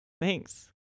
Thanks